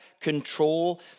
control